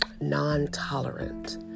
non-tolerant